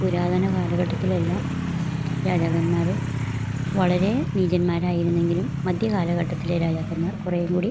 പുരാതന കാലഘട്ടത്തിലെല്ലാ രാജാക്കന്മാര് വളരെ നീചന്മാരായിരുന്നെങ്കിലും മധ്യ കാലഘട്ടത്തിലെ രാജാക്കന്മാർ കുറേയും കൂടി